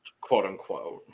quote-unquote